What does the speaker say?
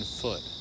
foot